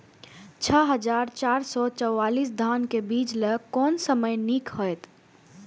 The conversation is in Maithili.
छः हजार चार सौ चव्वालीस धान के बीज लय कोन समय निक हायत?